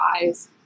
eyes